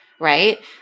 Right